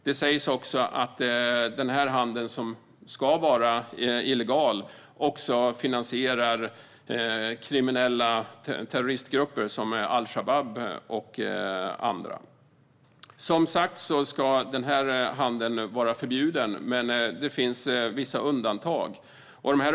Det sägs också att den här handeln, som ska vara illegal, finansierar kriminella terroristgrupper som al-Shabab och andra. Som sagt ska den här handeln nu vara förbjuden, men det finns vissa undantag.